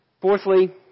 Fourthly